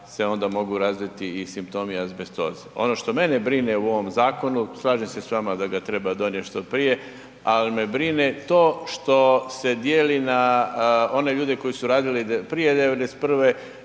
se onda mogu razviti i simptomi azbestoze. Ono što mene brine u ovom zakonu, slažem se s vama da ga treba donijet što prije, al me brine to što se dijeli na one ljude koji su radili prije '91.